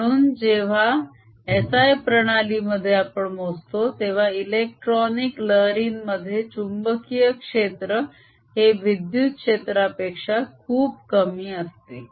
म्हणून जेव्हा SI प्रणाली मध्ये आपण मोजतो तेव्हा इलेक्ट्रोमाग्नेटीक लहारीमध्ये चुंबकीय क्षेत्र हे विद्युत क्षेत्रापेक्षा खूप कमी असते